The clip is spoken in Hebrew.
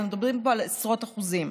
מדברים פה על עשרות אחוזים.